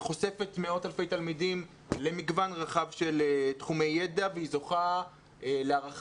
היא חושפת מאות אלפי תלמידים למגוון רחב של תחומי ידע והיא זוכה להערכה.